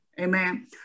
amen